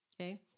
okay